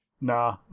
Nah